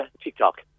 TikTok